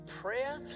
prayer